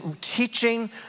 teaching